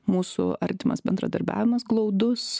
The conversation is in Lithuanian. mūsų artimas bendradarbiavimas glaudus